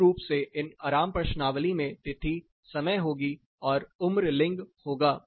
मूल रूप से इन आराम प्रश्नावली में तिथि समय होगी और उम्र लिंग होगा